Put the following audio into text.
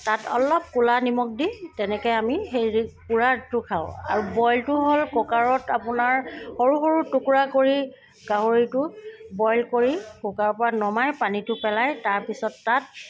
তাত অলপ ক'লা নিমখ দি তেনেকৈ আমি সেই পোৰাটো খাওঁ আৰু বইলটো হ'ল কুকাৰত আপোনাৰ সৰু সৰু টুকুৰা কৰি গাহৰিটো বইল কৰি কুকাৰৰ পৰা নমাই পানীটো পেলাই তাৰপিছত তাত